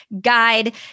guide